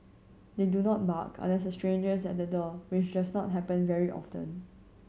they do not bark unless a stranger is at the door which does not happen very often